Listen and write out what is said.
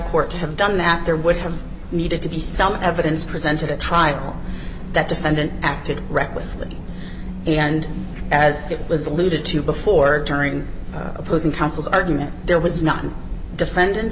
court to have done that there would have needed to be some evidence presented at trial that defendant acted recklessly and as it was alluded to before during opposing counsel's argument there was not a defendant